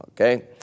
Okay